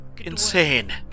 insane